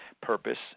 purpose